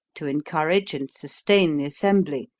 to encourage and sustain the assembly,